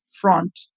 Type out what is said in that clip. front